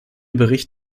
bericht